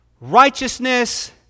righteousness